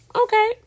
okay